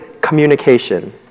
communication